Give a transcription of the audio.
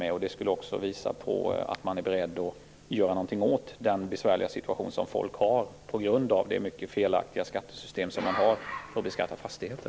Det skulle också visa att man är beredd att göra något åt människors besvärliga situation på grund av det i hög grad felaktiga systemet för beskattning av fastigheter.